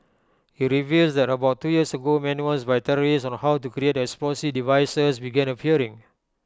he reveals that about two years ago manuals by terrorists on how to create explosive devices began appearing